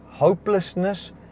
Hopelessness